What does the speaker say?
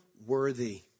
Worthy